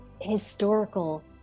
historical